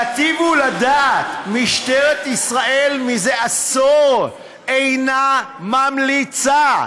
תיטיבו לדעת, משטרת ישראל זה עשור אינה ממליצה.